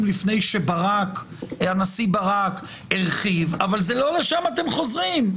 לפני שהנשיא ברק הרחיב אבל לא לשם אתם חוזרים.